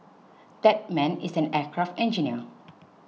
that man is an aircraft engineer